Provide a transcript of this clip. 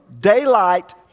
daylight